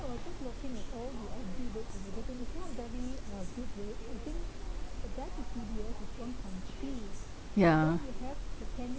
yeah